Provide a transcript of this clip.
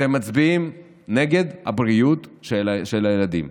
אתם מצביעים נגד הבריאות של הילדים,